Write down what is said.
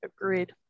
Agreed